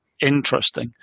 interesting